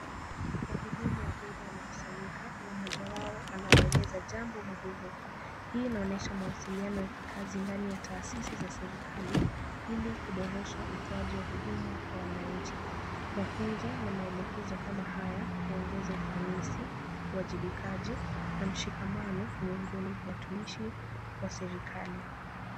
Wahudumu wa umma wamekusanyika na mmoja wao anawaeleza jambo muhimu. Hii inaonyesha mawasiliano ya kikazi ndani ya taasisi za serikali, ili kuboresha utoaji wa huduma kwa wananchi. Mafunzo na maelekezo kama haya huongeza ufanisi, uajibikiaji na mshikamano miongoni mwa watumishi wa serikali.